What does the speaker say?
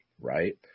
right